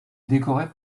décoré